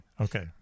Okay